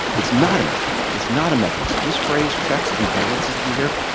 it's not a machine. it's not a mechanism. this phrase, checks and balances, that you hear,